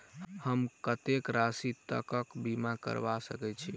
हम कत्तेक राशि तकक बीमा करबा सकै छी?